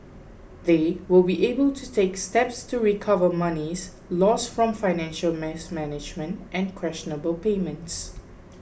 they will be able to take steps to recover monies lost from financial mess management and questionable payments